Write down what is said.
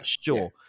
Sure